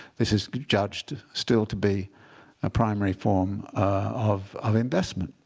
this is judged still to be a primary form of of investment.